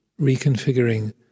reconfiguring